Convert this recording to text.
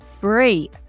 free